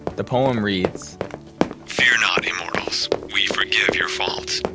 the poem reads fear not immortals. we forgive your faults,